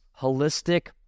holistic